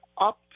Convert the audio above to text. up